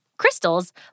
Crystals